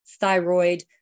thyroid